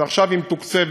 שעכשיו היא מתוקצבת,